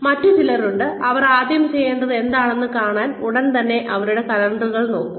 മറ്റ് ചിലരുണ്ട് അവർ ആദ്യം ചെയ്യേണ്ടത് എന്താണെന്ന് കാണാൻ ഉടൻ തന്നെ അവരുടെ കലണ്ടറുകൾ തുറക്കും